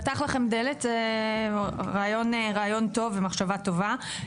פתח לכם דלת, רעיון טוב ומחשבה טובה.